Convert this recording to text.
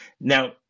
Now